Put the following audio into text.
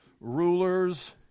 rulers